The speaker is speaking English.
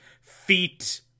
feet